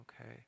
Okay